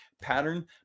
pattern